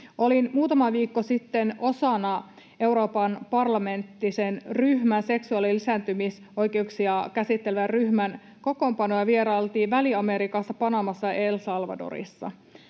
Olin muutama viikko sitten osana Euroopan parlamenttisen seksuaali- ja lisääntymisoikeuksia käsittelevän ryhmän kokoonpanoa, ja vierailimme Väli-Amerikassa Panamassa ja El Salvadorissa.